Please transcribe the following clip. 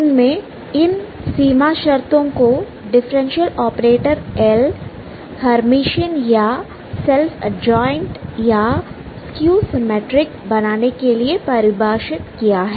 इनमें इन सीमा शर्तों को डिफरेंशियल ऑपरेटर L हेयरमिशन या सेल्फ एडज्वाइंट या स्कयू सिमिट्रिक बनाने के लिए परिभाषित किया है